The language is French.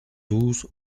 douze